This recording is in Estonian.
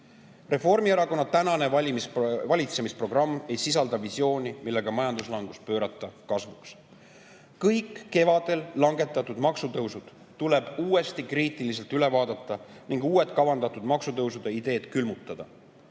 Reformierakonna tänane valitsemisprogramm ei sisalda visiooni, millega majanduslangus pöörata kasvuks. Kõik kevadel langetatud [otsused] maksutõusude kohta tuleb uuesti kriitiliselt üle vaadata ning uued kavandatud maksutõusude ideed külmutada.